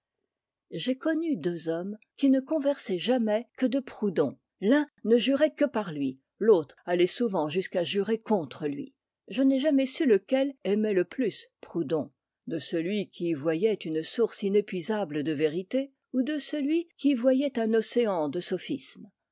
j'ai connu deux hommes qui ne conversaient jamais que de proudhon l'un ne jurait que par lui l'autre allait souvent jusqu'à jurer contre lui je n'ai jamais su lequel aimait le plus proudhon de celui qui y voyait une source inépuisable de vérités ou de celui qui y voyait un océan de sophismes